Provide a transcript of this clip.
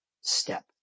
step